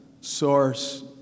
source